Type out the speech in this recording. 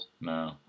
No